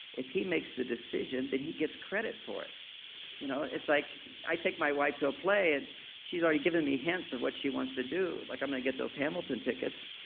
if he makes the decision, then he gets credit for it you know like i take my wife to a play and she's already given me hints of what she wants to do. like i'm gonna get those hamilton tickets,